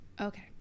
Okay